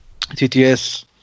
TTS